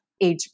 age